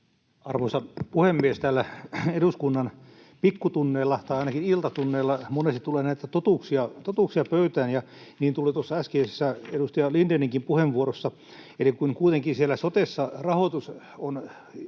Arvoisa puhemies! Täällä eduskunnan pikkutunneilla tai ainakin iltatunneilla monesti tulee näitä totuuksia pöytään, ja niin tuli tuossa äskeisessä edustaja Lindéninkin puheenvuorossa. Eli kun kuitenkin siellä sotessa rahoitus on